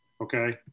Okay